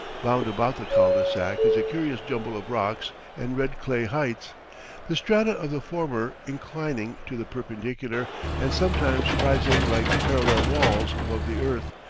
bound about the cul-de-sac is a curious jumble of rocks and red-clay heights the strata of the former inclining to the perpendicular and sometimes rising like parallel walls above the earth,